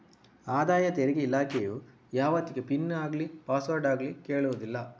ಆದಾಯ ತೆರಿಗೆ ಇಲಾಖೆಯು ಯಾವತ್ತಿಗೂ ಪಿನ್ ಆಗ್ಲಿ ಪಾಸ್ವರ್ಡ್ ಆಗ್ಲಿ ಕೇಳುದಿಲ್ಲ